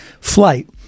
flight